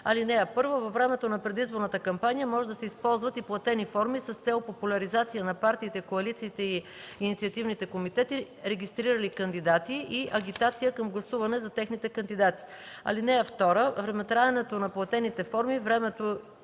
Чл. 194. (1) Във времето на предизборната кампания може да се използват и платени форми с цел популяризация на партиите, коалициите и инициативните комитети, регистрирали кандидати, и агитация към гласуване за техните кандидати. (2) Времетраенето на платените форми, времето